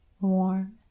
warm